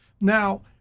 Now